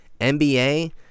NBA